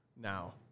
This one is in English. now